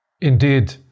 Indeed